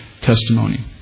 testimony